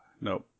Nope